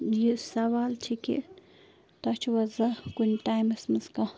یہِ سوال چھِ کہِ تۄہہِ چھُو حظ زانٛہہ کُنہِ ٹایمَس منٛز کانٛہہ